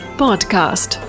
podcast